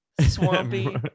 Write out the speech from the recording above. Swampy